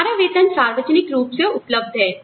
हमारा वेतन सार्वजनिक रूप से उपलब्ध है